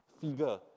figure